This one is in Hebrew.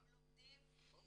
הם לומדים יהדות,